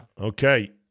Okay